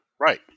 Right